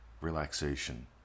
relaxation